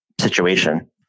situation